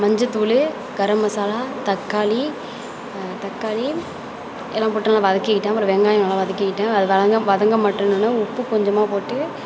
மஞ்சத்தூள் கரம்மசாலா தக்காளி தக்காளி எல்லாம் போட்டு நல்லா வதக்கிக்கிட்டேன் அப்புறம் வெங்காயமெலாம் வதக்கிக்கிட்டேன் அது வதங்க வதங்கமாட்டேனோன உப்பு கொஞ்சமாக போட்டு